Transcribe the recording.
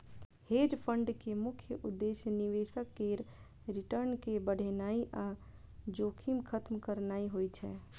hedge fund के मुख्य उद्देश्य निवेशक केर रिटर्न कें बढ़ेनाइ आ जोखिम खत्म करनाइ होइ छै